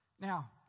Now